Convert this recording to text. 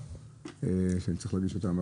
לעניין עבירה,